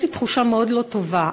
יש לי תחושה מאוד לא טובה.